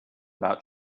about